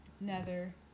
nether